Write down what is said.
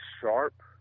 sharp